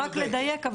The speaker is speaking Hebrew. רק לדייק.